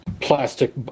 plastic